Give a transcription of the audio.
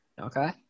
Okay